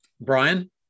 Brian